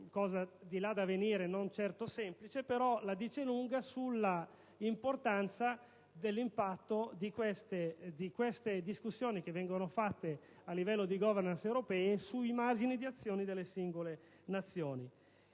cosa al di là da venire e non certo semplice, però la dice lunga sull'impatto di queste discussioni che vengono svolte a livello di *governance* europee sui margini di azione delle singole Nazioni.